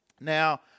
Now